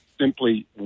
simply